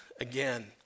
again